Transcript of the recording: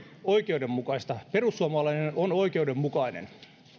oikeudenmukaista perussuomalainen on oikeudenmukainen